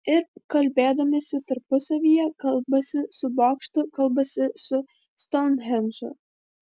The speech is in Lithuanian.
ir kalbėdamiesi tarpusavyje kalbasi su bokštu kalbasi su stounhendžu